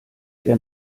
der